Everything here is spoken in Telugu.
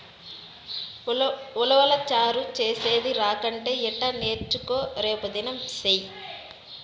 ఉలవచారు చేసేది రాకంటే ఎట్టా నేర్చుకో రేపుదినం సెయ్యి